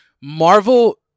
marvel